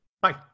Bye